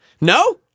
No